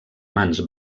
mans